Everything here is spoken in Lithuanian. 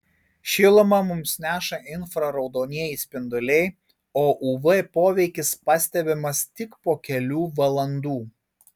šilumą mums neša infraraudonieji spinduliai o uv poveikis pastebimas tik po kelių valandų